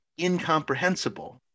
incomprehensible